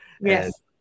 Yes